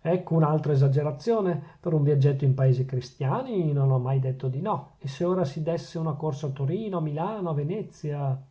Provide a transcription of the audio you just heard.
ecco un'altra esagerazione per un viaggetto in paesi cristiani non ho mai detto di no e se ora si dèsse una corsa a torino a milano a venezia